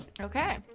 Okay